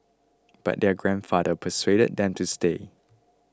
but their grandfather persuaded them to stay